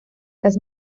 las